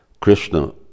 Krishna